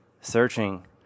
searching